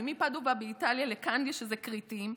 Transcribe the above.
ומפדובה באיטליה לחאניה בכרתים.